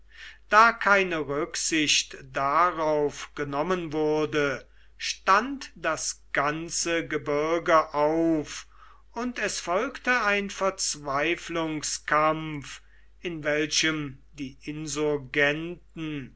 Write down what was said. da keine rücksicht darauf genommen wurde stand das ganze gebirge auf und es folgte ein verzweiflungskampf in welchem die insurgenten